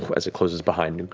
as it closes behind you.